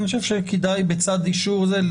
אני חושב, שכדאי בצד אישור זה.